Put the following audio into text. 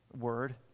word